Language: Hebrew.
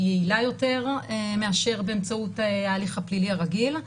יעילה יותר מאשר באמצעות ההליך הפלילי הרגיל.